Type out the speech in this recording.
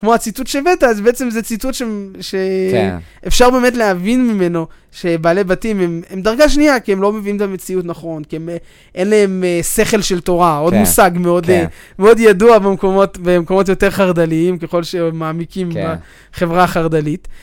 כמו הציטוט שבאת, אז בעצם זה ציטוט שאפשר באמת להבין ממנו שבעלי בתים הם דרגה שנייה, כי הם לא מבינים את המציאות נכון, כי אין להם שכל של תורה, עוד מושג מאוד ידוע במקומות יותר חרדליים, ככל שמעמיקים בחברה החרדלית.